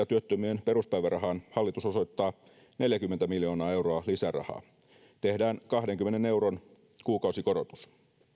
työttömien peruspäivärahaan hallitus osoittaa neljäkymmentä miljoonaa euroa lisärahaa tehdään kahdenkymmenen euron kuukausikorotus